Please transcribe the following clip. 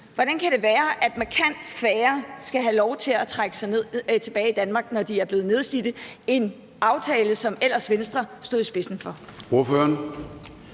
Hvordan kan det være, at markant færre skal have lov til at trække sig tilbage i Danmark, når de er blevet nedslidt, end med den aftale, som Venstre ellers stod i spidsen for?